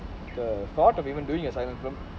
the thought of even doing a silent film